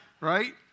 right